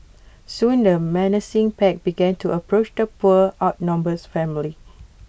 soon the menacing pack began to approach the poor outnumbered family